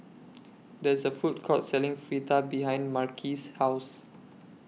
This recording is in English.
There's A Food Court Selling Fritada behind Marquis' House